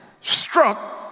struck